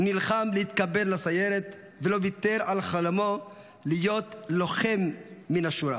הוא נלחם להתקבל לסיירת ולא ויתר על חלומו להיות לוחם מן השורה.